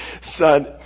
son